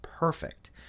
perfect